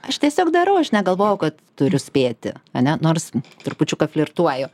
aš tiesiog darau aš negalvoju kad turiu spėti ane nors trupučiuką flirtuoju